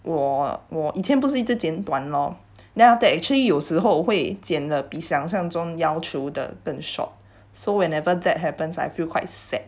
我我以前不是一直简短 lor then after that actually 有时候会剪得比想象中要求的更 short so whenever that happens I feel quite sad